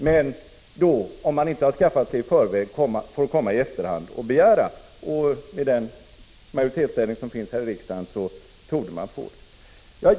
Om regeringen inte har skaffat sig dessa rättigheter i förväg, får de begära dem i efterhand. Med den majoritetsställning som finns här i riksdagen torde man också få dem.